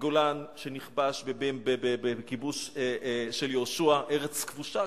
הגולן, שנכבש בכיבוש יהושע, ארץ כבושה.